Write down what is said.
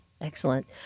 Excellent